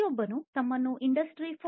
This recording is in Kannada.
ಪ್ರತಿಯೊಬ್ಬರೂ ತಮ್ಮನ್ನು ಇಂಡಸ್ಟ್ರಿ 4